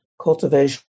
Cultivation